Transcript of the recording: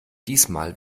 diesmal